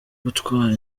gutwara